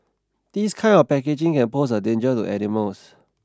this kind of packaging can pose a danger to animals